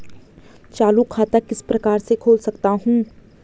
चालू खाता किस प्रकार से खोल सकता हूँ?